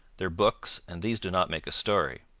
their books, and these do not make a story.